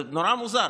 זה נורא מוזר.